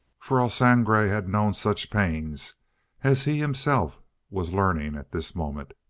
for el sangre had known such pain as he himself was learning at this moment.